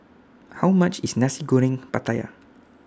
How much IS Nasi Goreng Pattaya